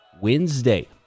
Wednesday